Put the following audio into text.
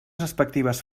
respectives